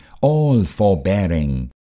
all-forbearing